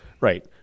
right